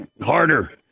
harder